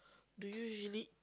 do you usually